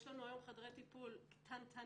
יש לנו היום חדרי טיפול קטנטנים,